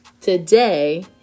today